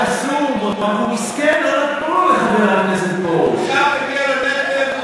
הקסום, רק הוא מסכן, לא נתנו לו, לחבר הכנסת פרוש.